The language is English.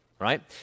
right